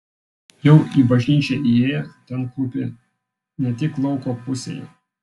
jau į bažnyčią įėję ten klūpi ne tik lauko pusėje